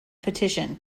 petition